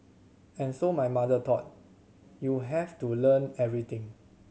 and so my mother thought you have to learn everything